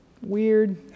Weird